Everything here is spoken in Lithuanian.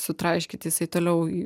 sutraiškyt jisai toliau